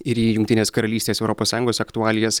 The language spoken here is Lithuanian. ir į jungtinės karalystės europos sąjungos aktualijas